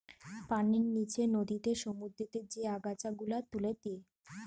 পানির নিচে নদীতে, সমুদ্রতে যে আগাছা গুলা তুলে দে